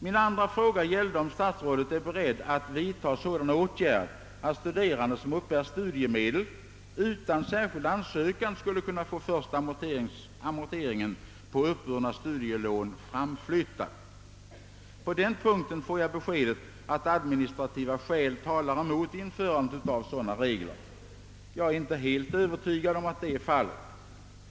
Min andra fråga gällde om statsrådet är beredd att vidta sådana åtgärder att studerande, som uppbär studiemedel, utan särskild ansökan kan få första amorteringen på uppburna studielån framflyttad. På den punkten får jag beskedet att administrativa skäl talar mot införandet av sådana regler. Jag är inte helt övertygad om att det är fallet.